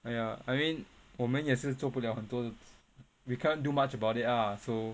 !aiya! I mean 我们也是做不了很多 we can't do much about it ah so